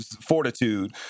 fortitude